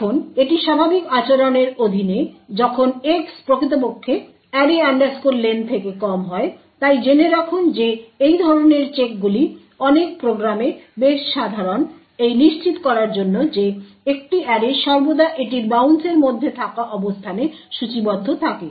এখন এটি স্বাভাবিক আচরণের অধীনে যখন X প্রকৃতপক্ষে array len থেকে কম হয় তাই জেনে রাখুন যে এই ধরনের চেকগুলি অনেক প্রোগ্রামে বেশ সাধারণ এই নিশ্চিত করার জন্য যে একটি অ্যারে সর্বদা এটির বাউন্সের মধ্যে থাকা অবস্থানে সূচীবদ্ধ থাকে